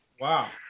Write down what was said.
Wow